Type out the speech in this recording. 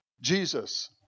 Jesus